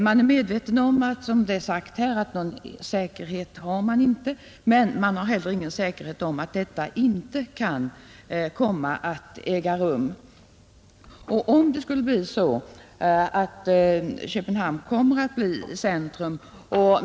Man är medveten om att man ännu inte med säkerhet vet om en sådan tillströmning kommer att äga rum, men man kan heller inte vara säker på att den inte gör det.